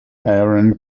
aaron